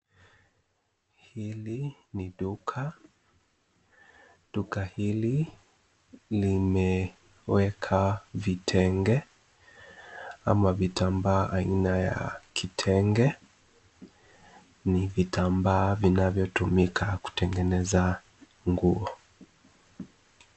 Hili ni duka. Duka hili limeweka vitenge ama vitambaa aina ya kitenge. Ni vitambaa vinavyo tumika kutengeneza nguo.